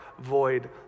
void